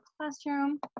Classroom